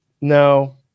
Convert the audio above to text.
no